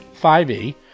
5e